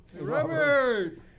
Robert